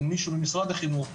אם מישהו במשרד החינוך,